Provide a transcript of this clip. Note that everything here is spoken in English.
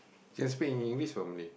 can speak in English or Malay